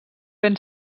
ben